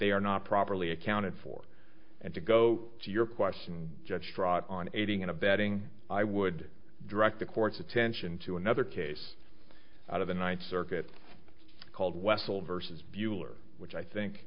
they are not properly accounted for and to go to your question judge fraud on aiding and abetting i would direct the court's attention to another case out of the ninth circuit called wessel versus buehler which i think